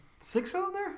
Six-cylinder